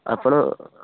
ଆପଣ